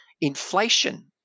inflation